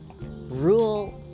rule